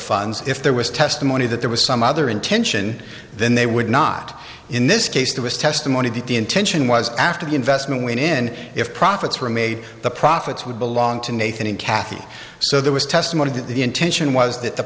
funds if there was testimony that there was some other intention then they would not in this case there was testimony that the intention was after the investment when in if profits were made the profits would belong to nathan and kathy so there was testimony that the intention was that the